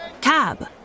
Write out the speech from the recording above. Cab